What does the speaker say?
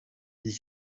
igihe